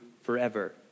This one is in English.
forever